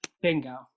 Bingo